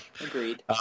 Agreed